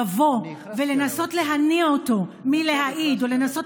לבוא ולנסות להניא אותו מלהעיד או לנסות